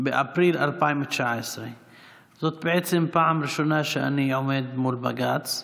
באפריל 2019. זאת בעצם הפעם הראשונה שאני עומד מול בג"ץ,